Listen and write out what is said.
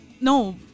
No